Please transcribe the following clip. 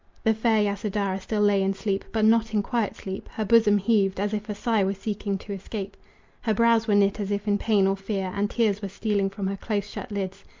the fair yasodhara still lay in sleep, but not in quiet sleep. her bosom heaved as if a sigh were seeking to escape her brows were knit as if in pain or fear, and tears were stealing from her close-shut lids.